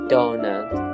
Donut